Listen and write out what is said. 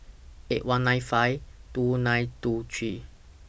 eight one nine five two nine two three